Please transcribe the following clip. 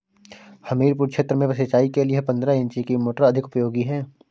हमीरपुर क्षेत्र में सिंचाई के लिए पंद्रह इंची की मोटर अधिक उपयोगी है?